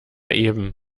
eben